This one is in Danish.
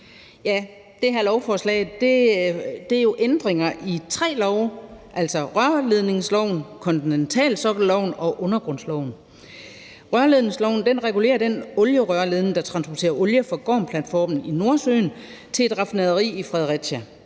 Det her lovforslag indeholder jo ændringer af tre love, altså rørledningsloven, kontinentalsokkelloven og undergrundsloven. Rørledningsloven regulerer den olierørledning, der transporterer olie fra Gormplatformen i Nordsøen til et raffinaderi i Fredericia.